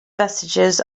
vestiges